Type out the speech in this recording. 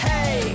Hey